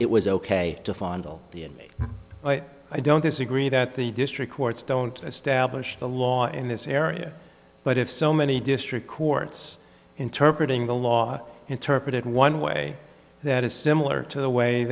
enemy i don't disagree that the district courts don't establish the law in this area but if so many district courts interpret in the law interpreted one way that is similar to the way